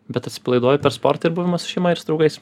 bet atsipalaiduoju per sportą ir buvimą su šeima ir su draugais